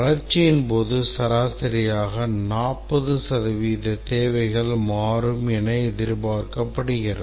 வளர்ச்சியின்போது சராசரியாக 40 சதவீத தேவைகள் மாறும் என்று எதிர்பார்க்கப்படுகிறது